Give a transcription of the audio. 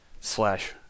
slash